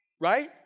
Right